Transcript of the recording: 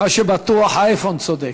מה שבטוח, האייפון צודק.